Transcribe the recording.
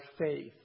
faith